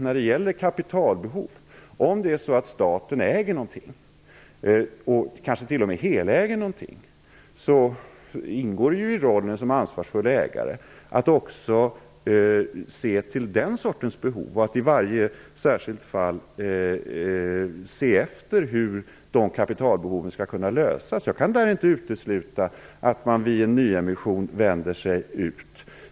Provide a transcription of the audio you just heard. När det gäller kapitalbehov vill jag säga, att om staten äger någonting, t.o.m. heläger någonting, ingår det i rollen som ansvarsfull ägare att också se till den sortens behov och i varje särskilt fall se efter hur kapitalbehoven skall kunna tillgodoses. Jag kan där inte utesluta att man vid en nyemission vänder sig ut.